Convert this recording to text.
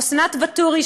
אסנת ואתורי,